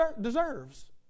deserves